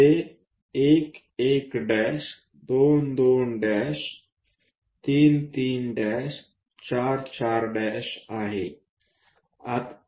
ते 1 1 2 2 3 3 4 4 आहे